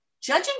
Judging